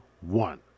one